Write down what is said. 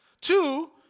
Two